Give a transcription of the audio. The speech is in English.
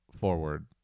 forward